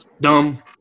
dumb